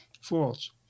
false